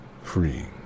free